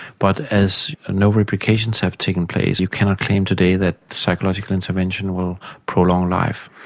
but as ah no replications have taken place you cannot claim today that psychological intervention will prolong life.